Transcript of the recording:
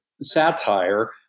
satire